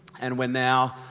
and we're now,